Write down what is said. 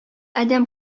адәм